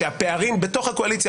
כשהפערים בתוך הקואליציה,